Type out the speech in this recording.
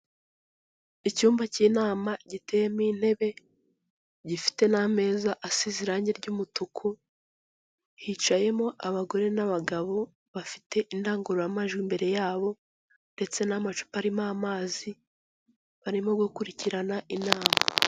Icyumba cy'inama giteyemo intebe, gifite n'ameza asize irangi ry'umutuku, hicayemo abagore n'abagabo bafite indangururamajwi imbere yabo, ndetse n'amacupa arimo amazi, barimo gukurikirana inama.